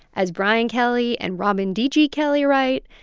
as brian kelly and robin d g. kelley write,